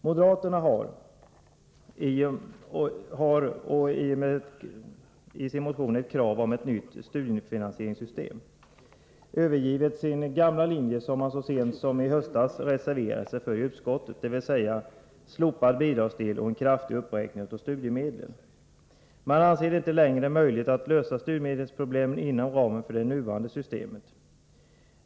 Moderaterna har i och med sitt krav om ett nytt studiefinansieringssystem övergett sin gamla linje som man så sent som i höstas reserverade sig för i utskottet, dvs. slopad bidragsdel och en kraftig uppräkning av studiemedlen. Man anser det inte längre möjligt att lösa studiemedelsproblemen inom ramen för nuvarande system.